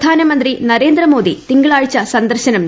പ്രധാനമന്ത്രി നരേന്ദ്രുമോദി തിങ്കളാഴ്ച സന്ദർശനം നടത്തും